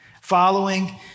following